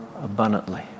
abundantly